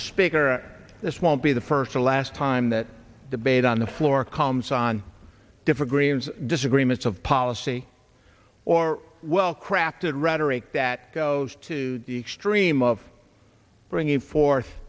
misspeak or this won't be the first or last time that debate on the floor comes on different greens disagreements of policy or well crafted rhetoric that goes to the extreme of bringing forth